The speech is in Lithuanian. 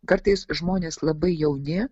kartais žmonės labai jauni